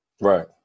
Right